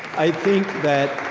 i think that,